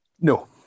No